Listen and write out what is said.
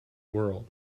world